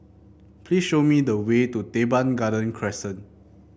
please show me the way to Teban Garden Crescent